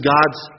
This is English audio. God's